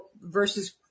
versus